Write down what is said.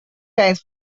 times